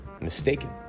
mistaken